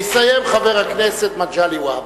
יסיים, חבר הכנסת מגלי והבה.